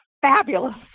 fabulous